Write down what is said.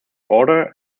order